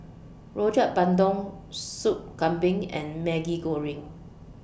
Rojak Bandung Sup Kambing and Maggi Goreng